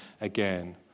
again